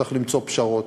צריך למצוא פשרות.